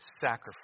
sacrifice